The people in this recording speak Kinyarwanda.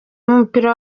w’umupira